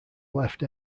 left